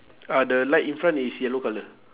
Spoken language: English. ah the light in front is yellow colour